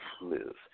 move